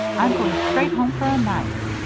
i'm going straight home for a knife.